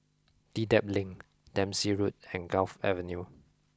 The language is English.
Dedap Link Dempsey Road and Gul Avenue